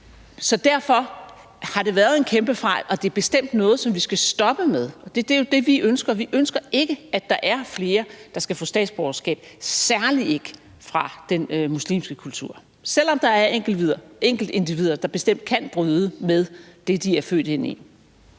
Derfor har det været en kæmpe fejl, og det er bestemt noget, vi skal stoppe med. Det er jo det, vi ønsker. Vi ønsker ikke, at der er flere, der skal få statsborgerskab, særlig ikke fra den muslimske kultur – selv om der er enkeltindivider, der bestemt kan bryde med det, de er født ind i.